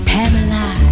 Pamela